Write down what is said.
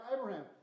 Abraham